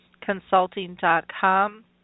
Consulting.com